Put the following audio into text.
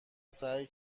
سعی